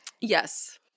Yes